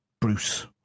Bruce